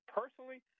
personally